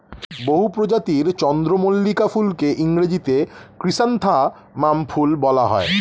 বহু প্রজাতির চন্দ্রমল্লিকা ফুলকে ইংরেজিতে ক্রিস্যান্থামাম ফুল বলা হয়